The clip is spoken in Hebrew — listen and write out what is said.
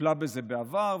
שטיפלה בזה בעבר,